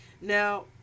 Now